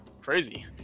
Crazy